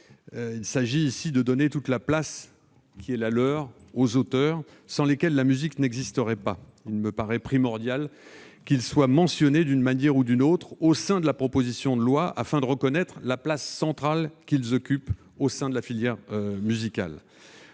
il s'agit ici de donner toute la place qui leur revient aux auteurs, sans lesquels la musique n'existerait pas. Il me paraît primordial qu'ils soient mentionnés d'une manière ou d'une autre dans le texte, afin de reconnaître la place centrale qu'ils occupent au sein de la filière musicale.